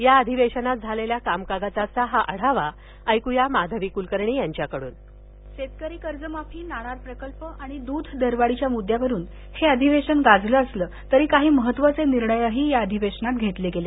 या अधिवेशनात झालेल्या कामकाजाचा हा आढावा माधवी कुलकर्णी यांच्याकडून शेतकरी कर्जमाफी नाणार प्रकल्प आणि दूध दरवाढीच्या मुद्दयावरून हे अधिवेशन गाजलं असलं तरी काही महत्वाचे निर्णय या अधिवेशनात घेतले गेले